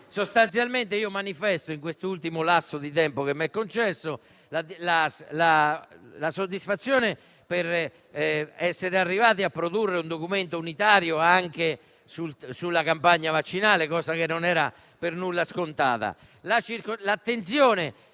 Sostanzialmente io manifesto, in questo ultimo lasso di tempo che mi è concesso, la soddisfazione per essere arrivati a redigere un documento unitario anche sulla campagna vaccinale, il che non era affatto scontato.